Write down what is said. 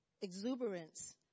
exuberance